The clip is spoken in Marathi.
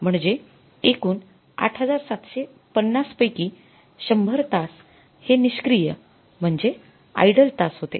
म्हणजे एकूण ८७५० पैकी १०० तास हे निष्क्रिय म्हणजे आइडल तास होते